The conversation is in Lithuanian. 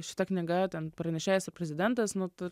šita knyga ten pranešėjasir prezidentas nu tai